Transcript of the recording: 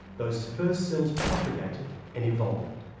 those first cells propagated and evolved.